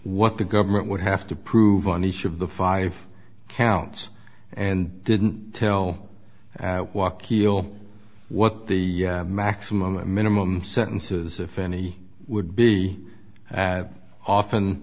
what the government would have to prove on each of the five counts and didn't tell walk he'll what the maximum a minimum sentences if any would be as often